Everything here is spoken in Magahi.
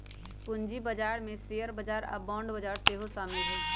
पूजी बजार में शेयर बजार आऽ बांड बजार सेहो सामिल होइ छै